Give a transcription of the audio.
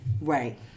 Right